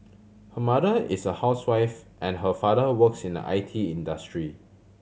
her mother is a housewife and her father works in the I T industry